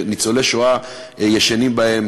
שניצולי שואה ישנים בהם,